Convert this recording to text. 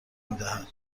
میدهد